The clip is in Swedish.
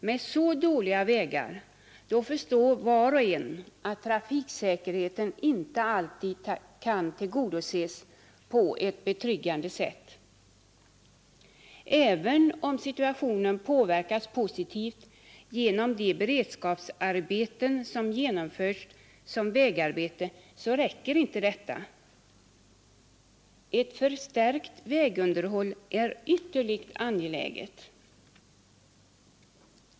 Med så dåliga vägar förstår var och en att trafiksäkerheten inte alltid kan tillgodoses på ett betryggande sätt. Även om situationen påverkas positivt genom de beredskapsarbeten som genomförs som vägarbeten räcker inte det. Ett förstärkt vägunderhåll är ytterligt angeläget.